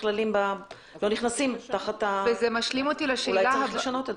שלא נכנסים תחת אולי צריך לשנות את זה.